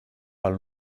pel